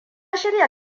shirya